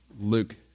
Luke